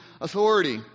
authority